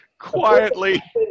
quietly